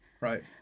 Right